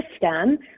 system